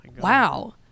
Wow